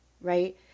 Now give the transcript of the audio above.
right